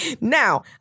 Now